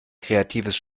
kreatives